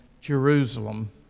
Jerusalem